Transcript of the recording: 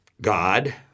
God